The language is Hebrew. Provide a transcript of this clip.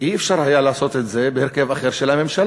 לא היה אפשר לעשות את זה בהרכב אחר של הממשלה,